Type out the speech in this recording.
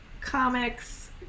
comics